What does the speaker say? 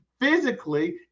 physically